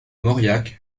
mauriac